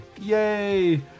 yay